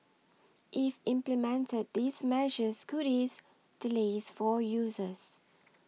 if implemented these measures could ease delays for users